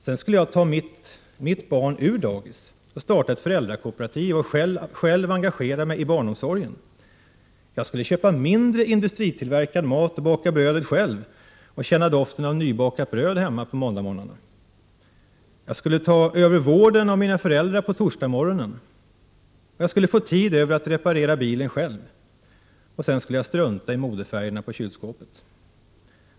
Sedan skulle jag ta mitt barn ur dagis och starta ett föräldrakooperativ och själv engagera mig i barnomsorgen. Jag skulle köpa mindre industritillverkad mat, baka brödet själv och känna doften av nybakat bröd hemma på måndagsmorgnarna. Jag skulle ta över vården av mina föräldrar på torsdagsmorgonen. Jag skulle få tid över att reparera bilen själv. Och sen skulle jag strunta i modefärgerna på kylskåpet.